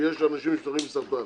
שיש אנשים שנפטרים מסרטן.